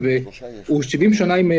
אציין שהשאלה של ד"ר גור אריה מעלה שאלה אחרת,